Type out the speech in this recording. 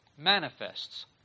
manifests